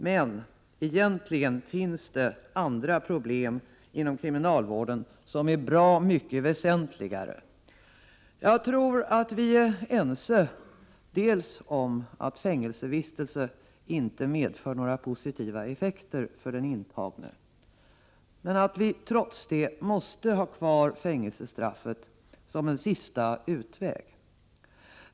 Men egentligen finns det andra problem inom kriminalvården som är bra mycket väsentligare. Jag tror att vi är ense om att fängelsevistelse inte medför några positiva effekter för den intagne men att vi trots det måste ha kvar fängelsestraffet som en sista utväg.